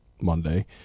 Monday